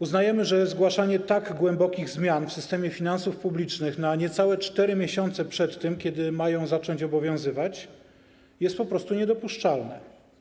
Uznajemy, że zgłaszanie tak głębokich zmian w systemie finansów publicznych na niecałe 4 miesiące przed terminem, od którego mają zacząć obowiązywać, jest po prostu niedopuszczalne.